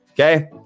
okay